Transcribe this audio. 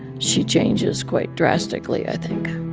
she changes quite drastically, i think